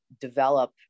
develop